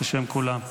בשם כולם,